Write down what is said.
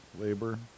labor